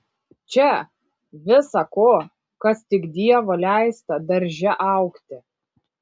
čia visa ko kas tik dievo leista darže augti